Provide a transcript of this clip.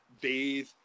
bathe